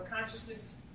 consciousness